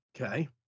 Okay